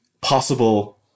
possible